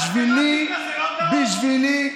בשבילי,